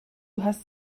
hast